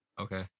Okay